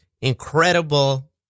incredible